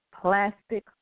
plastic